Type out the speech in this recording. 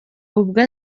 ubwe